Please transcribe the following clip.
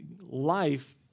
life